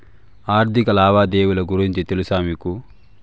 ఆర్థిక లావాదేవీల గురించి తెలుసా మీకు